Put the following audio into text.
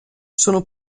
sono